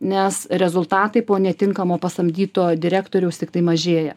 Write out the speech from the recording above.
nes rezultatai po netinkamo pasamdyto direktoriaus tiktai mažėja